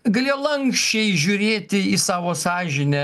galėjo lanksčiai žiūrėti į savo sąžinę